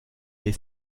les